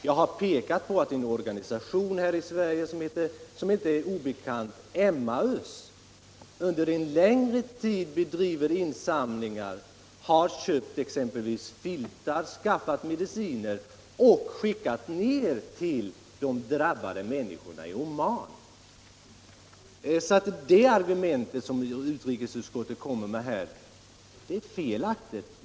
Jag har framhållit att EMmmaus — en organisation här i Sverige som inte är obekant — sedan en längre tid bedriver insamlingar och har köpt exempelvis filtar och skaffat mediciner samt skickat materialet till de drabbade människorna i Oman, varför det argument som utrikesutskottet anför är felaktigt.